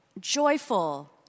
joyful